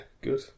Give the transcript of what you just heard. good